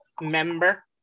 Member